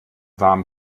warmen